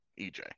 EJ